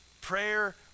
prayer